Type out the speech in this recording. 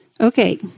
Okay